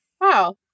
Wow